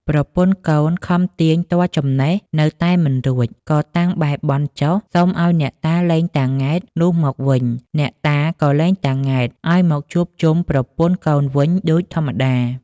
ប្រពន្ធកូនខំទាញទាល់ចំណេះ នៅតែមិនរួច ក៏តាំងបែរបន់ចុះ សុំឲ្យអ្នកតាលែងតា ង៉ែត នោះមកវិញ អ្នកតាក៏លែងតា ង៉ែត ឲ្យមកជួបជុំប្រពន្ធកូនវិញដូចធម្មតា ។